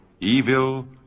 evil